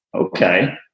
Okay